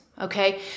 Okay